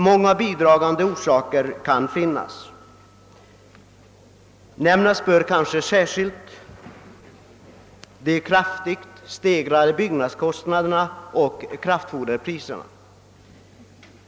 Många bidragande orsaker kan finnas; nämnas bör kanske särskilt de kraftigt stegrade byggnadskostnaderna och kraftfoderpriserna.